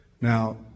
Now